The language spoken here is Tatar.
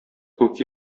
күк